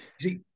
see